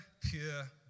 pure